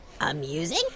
Amusing